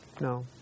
No